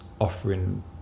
offering